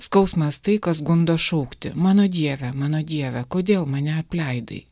skausmas tai kas gundo šaukti mano dieve mano dieve kodėl mane apleidai